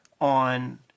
on